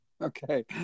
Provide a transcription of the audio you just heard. Okay